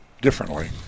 differently